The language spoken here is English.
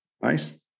Nice